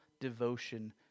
devotion